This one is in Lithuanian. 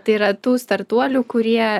tai yra tų startuolių kurie